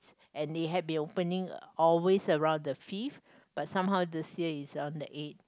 and it had been opening always around the fifth but somehow this year is on the eighth